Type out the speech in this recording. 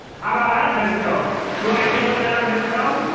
how about mistletoe? do you want to kiss under that mistletoe?